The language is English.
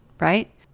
right